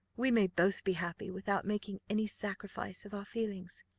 we may both be happy without making any sacrifice of our feelings,